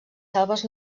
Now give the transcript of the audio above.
selves